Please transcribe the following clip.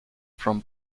from